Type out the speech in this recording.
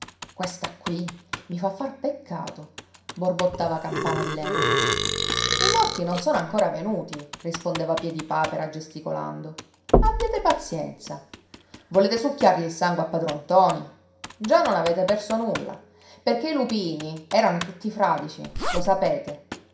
questa qui mi fa far peccato borbottava campana di legno i morti non sono ancora venuti rispondeva piedipapera gesticolando abbiate pazienza volete succhiargli il sangue a padron ntoni già non avete perso nulla perché i lupini erano tutti fradici lo sapete